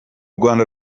rwanda